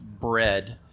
bread